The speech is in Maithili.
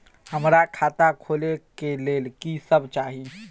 हमरा खाता खोले के लेल की सब चाही?